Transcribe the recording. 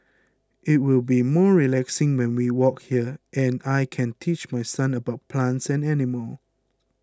it will be more relaxing when we walk here and I can teach my son about plants and animals